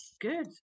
good